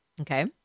Okay